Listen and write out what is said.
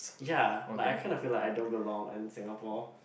ya but I kind of feel like I don't belong in Singapore